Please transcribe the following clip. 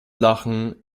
lachen